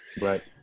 Right